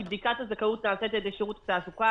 כי בדיקת הזכאות תיעשה על יד שירות התעסוקה,